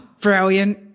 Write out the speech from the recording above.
Brilliant